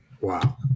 Wow